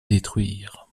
détruire